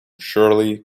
shirley